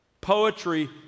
Poetry